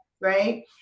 right